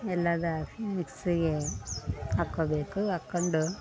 ಎಲ್ಲದ ಹಾಕಿ ಮಿಕ್ಸಿಗೆ ಹಾಕೋಬೇಕು ಹಾಕ್ಕೊಂಡು